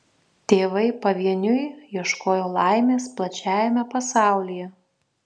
tėvai pavieniui ieškojo laimės plačiajame pasaulyje